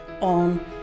on